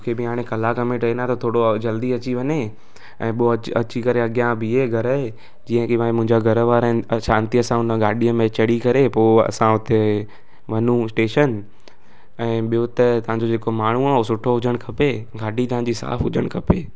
मूंखे बि हाणे कलाक में ट्रेन आहे त थोरो जल्दी अची वञे ऐं पोइ अची अची करे अॻियां बीहे घरिजे जीअं की भाई मुंहिंजा घर वारा आहिनि शांतिअ सां हुन गाॾी में चढ़ी करे पोइ असां हुते वञू स्टेशन ऐं ॿियों त तव्हांजो जेको माण्हू आहे उहो सुठो हुजणु खपे गाॾी तव्हांजी साफ़ु हुजणु खपे